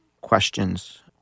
questions